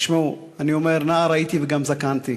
תשמעו, אני אומר, נער הייתי וגם זקנתי.